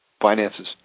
finances